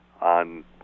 on